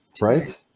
Right